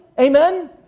Amen